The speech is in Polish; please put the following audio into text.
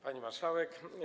Pani Marszałek!